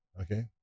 Okay